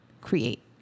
create